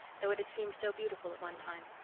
though it had seemed so beautiful at one time.